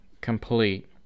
complete